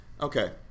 Okay